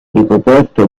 ricoperto